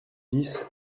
dix